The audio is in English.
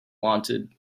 wanted